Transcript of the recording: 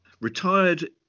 Retired